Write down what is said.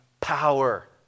power